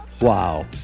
Wow